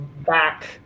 back